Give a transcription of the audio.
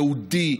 יהודי,